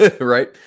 right